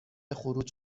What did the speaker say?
خروج